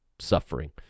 suffering